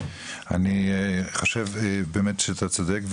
אני חושב באמת שאתה צודק,